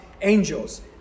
angels